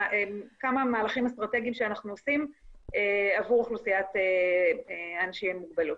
כמה מהלכים אסטרטגיים שאנחנו עושים עבור אוכלוסיית האנשים עם מוגבלות.